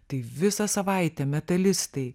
tai visą savaitę metalistai